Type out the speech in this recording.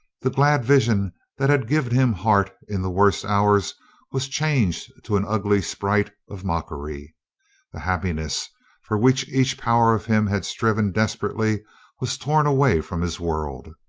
the glad vision that had given him heart in the worst hours was changed to an ugly sprite of mockery the happiness for which each power of him had striven desperately was torn away from his world.